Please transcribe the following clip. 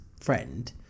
friend